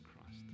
Christ